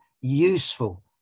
useful